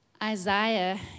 Isaiah